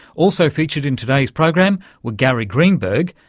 also featured in today's program were gary greenberg,